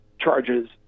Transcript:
charges